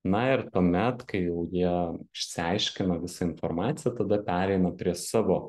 na ir tuomet kai jau jie išsiaiškina visą informaciją tada pereina prie savo